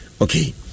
Okay